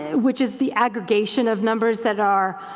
which is the aggregation of numbers that are,